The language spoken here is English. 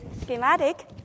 schematic